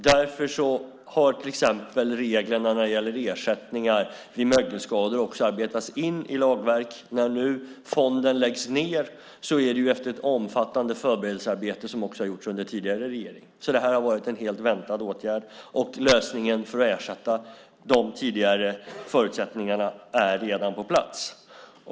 Därför har till exempel reglerna för ersättningar vid mögelskador arbetats in i lagverk. När nu fonden läggs ned är det efter ett omfattande förberedelsearbete, som också har gjorts under tidigare regering. Detta har varit en helt väntad åtgärd. Lösningen för att ersätta de tidigare förutsättningarna är redan på plats.